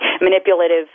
manipulative